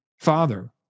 father